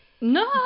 no